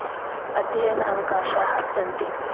अध्ययन अवकाशाः सन्ति